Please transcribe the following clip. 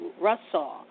Russell